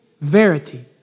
verity